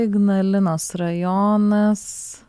ignalinos rajonas